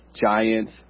Giants